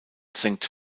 senkt